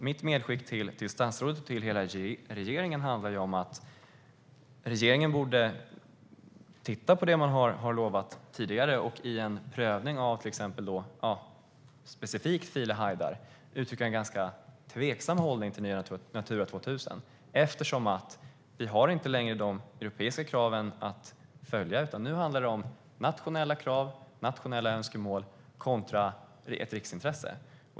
Mitt medskick till statsrådet och till hela regeringen handlar om att regeringen borde titta på det man har lovat tidigare och i en prövning av specifikt File Hajdar uttrycka en ganska tveksam hållning till nya Natura 2000-områden, eftersom vi inte längre har de europeiska kraven att följa utan det nu handlar om nationella krav och nationella önskemål kontra ett riksintresse.